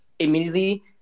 Immediately